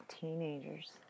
teenagers